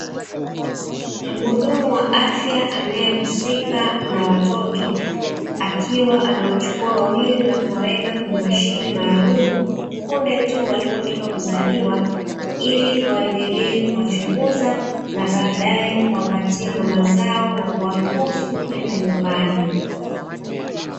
Mhudumu wa afya anayehusika na watoto. Akiwa amewachukua wawili na kuwaweka kwenye mashine maalumu punde tu walipo toka kuzaliwa, ili waendelee kuwachunguza na baadaye kuwapatia mama zao na kuwaruhusu kwenda nyumbani.